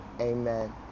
Amen